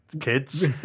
kids